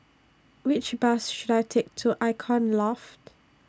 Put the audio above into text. Which Bus should I Take to Icon Loft